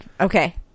okay